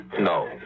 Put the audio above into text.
No